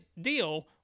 deal